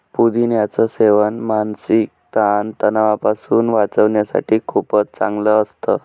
पुदिन्याच सेवन मानसिक ताण तणावापासून वाचण्यासाठी खूपच चांगलं असतं